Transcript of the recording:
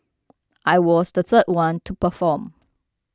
I was the third one to perform